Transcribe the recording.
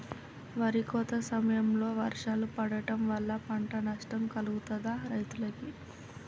వరి కోత సమయంలో వర్షాలు పడటం వల్ల పంట నష్టం కలుగుతదా రైతులకు?